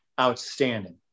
outstanding